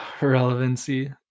Relevancy